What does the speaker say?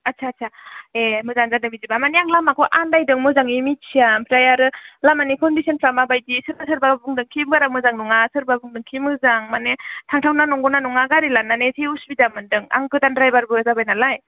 आस्सा आस्सा ए मोजां जादों बिदिबा माने आं लामाखौ आन्दायदों मोजाङै मिन्थिया ओमफ्राय आरो लामानि कन्डिसन फ्रा माबायदि सोरबा सोरबा बुंदोंखि बारा मोजां नङा सोरबा बुंदोंखि मोजां माने थांथावना नंगौ ना नङा गारि लानानै इसे असुबिदा मोनदों आं गोदान ड्रायभार बो जाबाय नालाय